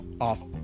off